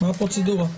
מה הפרוצדורה?